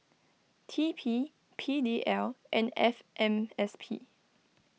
T P P D L and F M S P